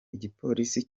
igipolisi